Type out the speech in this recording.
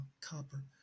copper